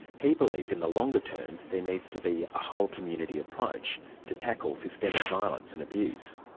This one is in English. he believes in the longer term there needs to be a whole community approach to tackle systemic violence and abuse.